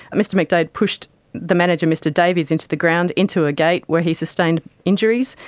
mr mcdaid pushed the manager mr davies into the ground, into a gate where he sustained injuries.